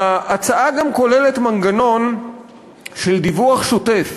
ההצעה גם כוללת מנגנון של דיווח שוטף